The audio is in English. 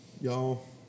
y'all